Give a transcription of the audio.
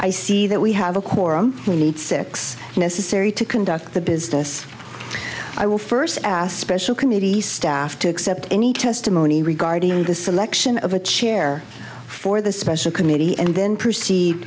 i see that we have a quorum we need six necessary to conduct the business i will first asked special committee staff to accept any testimony regarding the selection of a chair for the special committee and then proceed